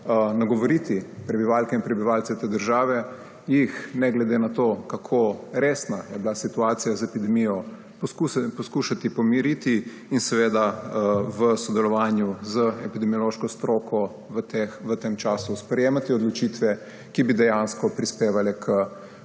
nagovoriti prebivalke in prebivalce te države, jih ne glede na to, kako resna je bila situacija z epidemijo, poskušati pomiriti in v sodelovanju z epidemiološko stroko v tem času sprejemati odločitve, ki bi dejansko prispevale